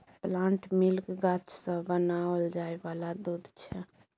plant milk गाछ सँ बनाओल जाय वाला दूध छै